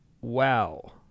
wow